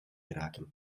geraken